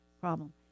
problem